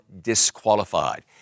disqualified